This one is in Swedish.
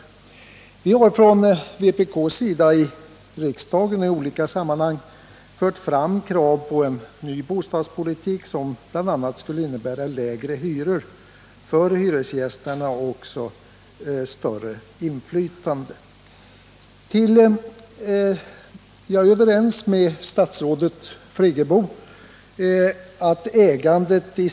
87 Vi har från vpk:s sida i riksdagen och i olika sammanhang fört fram krav på en ny bostadspolitik, som bl.a. skulle innebära lägre hyror för hyresgästerna och också större inflytande för dessa. Jag är överens med statsrådet Friggebo på en del punkter.